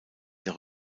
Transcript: der